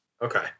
Okay